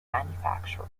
manufacturer